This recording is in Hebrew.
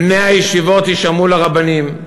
בני הישיבות יישמעו לרבנים,